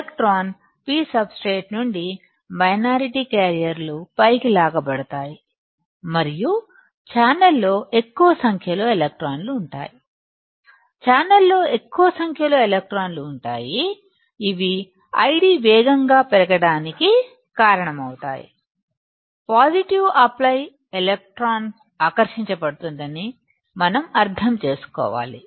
electron P substrate నుండి minority క్యారియర్లు పైకి లాగబడతాయి మరియు ఛానల్ లో ఎక్కువ సంఖ్యలో ఎలక్ట్రాన్లు ఉంటాయి ఛానల్ లో ఎక్కువ సంఖ్యలో ఎలక్ట్రాన్లు ఉంటాయి ఇవి ID వేగంగా పెరగడానికి కారణమవుతాయి పాజిటివ్ అప్లై ఎలక్ట్రాన్ ఆకర్షించబడుతుందని మనం అర్థం చేసుకోవాలి